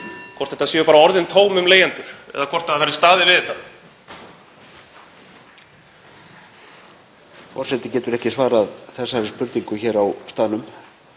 hvort þetta séu bara orðin tóm um leigjendur eða hvort staðið verði við þetta.